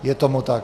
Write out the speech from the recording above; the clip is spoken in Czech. Je tomu tak.